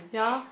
ya